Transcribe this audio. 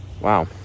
Wow